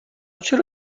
چرا